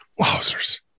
Wowzers